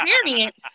experience